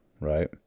right